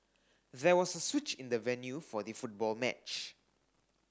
there was a switch in the venue for the football match